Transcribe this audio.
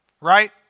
right